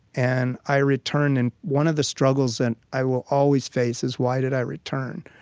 and i returned, and one of the struggles and i will always face is, why did i return?